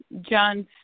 John's